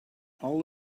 all